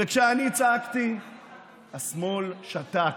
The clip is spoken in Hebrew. וכשאני צעקתי השמאל שתק,